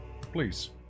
Please